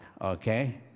okay